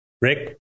Rick